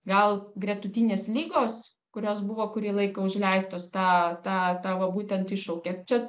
gal gretutinės ligos kurios buvo kurį laiką užleistos tą tą tą va būtent iššaukė čia